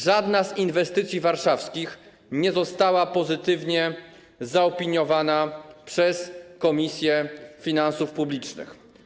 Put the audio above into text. Żadna z inwestycji warszawskich nie została pozytywnie zaopiniowana przez Komisję Finansów Publicznych.